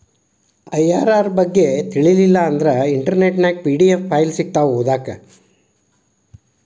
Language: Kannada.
ಐ.ಅರ್.ಅರ್ ಬಗ್ಗೆ ತಿಳಿಲಿಲ್ಲಾ ಅಂದ್ರ ಇಂಟರ್ನೆಟ್ ನ್ಯಾಗ ಪಿ.ಡಿ.ಎಫ್ ಫೈಲ್ ಸಿಕ್ತಾವು ಓದಾಕ್